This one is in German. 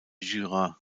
jura